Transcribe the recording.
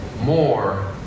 more